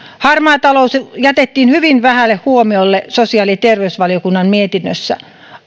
harmaa talous jätettiin hyvin vähälle huomiolle sosiaali ja terveysvaliokunnan mietinnössä